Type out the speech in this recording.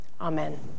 Amen